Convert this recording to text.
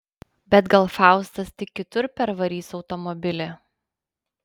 bet gal faustas tik kitur pervarys automobilį